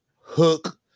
hook